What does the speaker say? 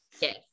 yes